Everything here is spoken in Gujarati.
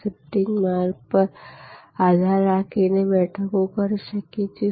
શિફ્ટિંગ માંગ પર આધાર રાખીને વર્ગ બેઠકો કરી શકીએ છીએ